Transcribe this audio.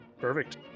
Perfect